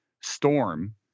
storm